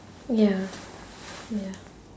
ya ya